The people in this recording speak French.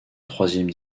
troisième